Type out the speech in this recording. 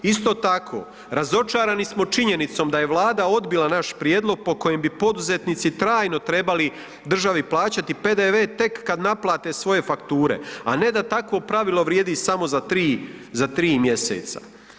Isto tako, razočarani smo činjenicom da je Vlada odbila naš prijedlog po kojem bi poduzetnici trajno trebali državi plaćati PDV tek kad naplate svoje fakture, a ne da takvo pravilo vrijedi samo za 3, za 3 mjeseca.